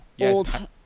old